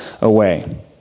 away